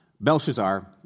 Belshazzar